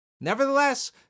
Nevertheless